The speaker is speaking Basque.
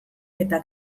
eta